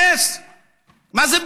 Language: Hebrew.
BDS. מה זה BDS?